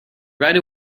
right